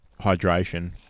hydration